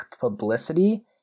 publicity